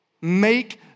make